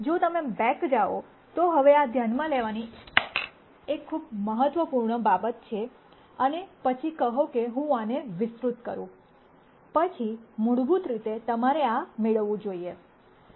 જો તમે બેક જાઓ તો હવે આ ધ્યાનમાં લેવાની એક મહત્વપૂર્ણ બાબત છે અને પછી કહો કે હું આને વિસ્તૃત કરું પછી મૂળભૂત રીતે તમારે આ મેળવવું જોઈએ